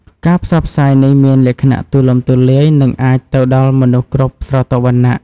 ការផ្សព្វផ្សាយនេះមានលក្ខណៈទូលំទូលាយនិងអាចទៅដល់មនុស្សគ្រប់ស្រទាប់វណ្ណៈ។